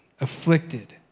afflicted